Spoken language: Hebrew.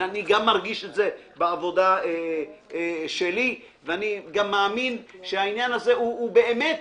אני גם מרגיש את זה בעבודה שלי ואני גם מאמין שהעניין הזה באמת,